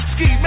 Ski